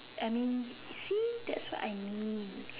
I mean see that's what I mean